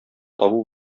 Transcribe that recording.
табу